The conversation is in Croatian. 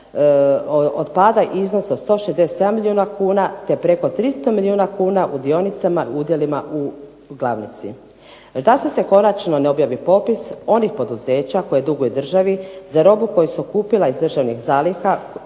otpada iznos od 167 milijuna kuna, te preko 300 milijuna kuna u dionicama, udjelima u glavnici. ... se konačno na objavi popis onih poduzeća koja duguju državi za robu koju su kupili iz državnih zaliha